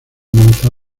monza